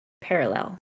parallel